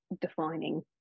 defining